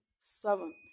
Seven